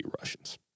Russians